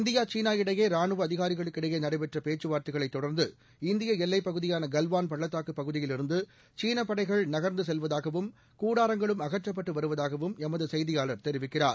India China இடையே ராணுவ அதிகாரிகளுக்கிடையே நடைபெற்ற பேச்சுவார்தைகளை தொடர்ந்து இந்திய எல்லைப் பகுதியான கல்வான் பள்ளத்தாக்குப் பகுதியிலிருந்து சீன படைகள் நகா்ந்து செல்வதாகவும் கூடாரங்களும் அகற்றப்பட்டு வருவதாகவும் எமது செய்தியாளர் தெரிவிக்கிறார்